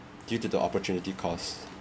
due to the opportunity cost